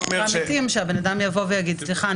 המקרה המתאים שהבן אדם יבוא ויגיד: סליחה,